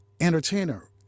entertainer